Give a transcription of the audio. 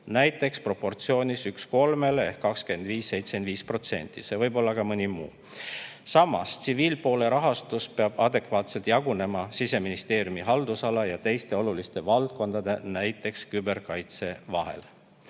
näiteks proportsioonis üks kolmele ehk 25% ja 75%. See võib olla ka mõni muu. Samas, tsiviilpoole rahastus peab adekvaatselt jagunema Siseministeeriumi haldusala ja teiste oluliste valdkondade, näiteks küberkaitse vahel.